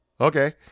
okay